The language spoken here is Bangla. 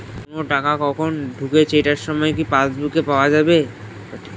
কোনো টাকা কখন ঢুকেছে এটার সময় কি পাসবুকে পাওয়া যাবে?